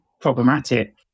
problematic